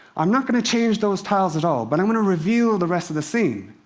i'm not going to change those tiles at all, but i'm going to reveal the rest of the scene.